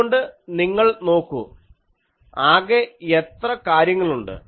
അതുകൊണ്ട് നിങ്ങൾ നോക്കൂ ആകെ എത്ര കാര്യങ്ങളുണ്ട്